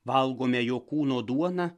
valgome jo kūno duoną